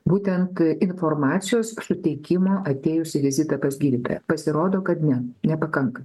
būtent informacijos suteikimo atėjus į vizitą pas gydytoją pasirodo kad ne nepakanka